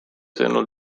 sõnul